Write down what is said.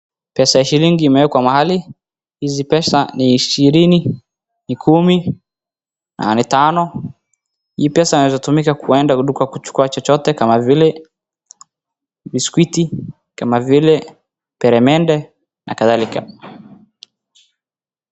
Pesa ya shilingi imewekwa mahali, hizi pesa ni ishirini, ni kumi na ni tano. Hii pesa inaeza tumika kwenda duka kuchukua chochote kama vile biskuti, kama vile peremende na kadhalika.